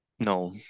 No